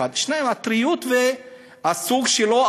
1. 2. הטריות והסוג שלו,